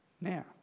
now